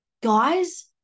Guys